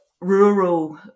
rural